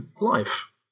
life